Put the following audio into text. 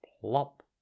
plop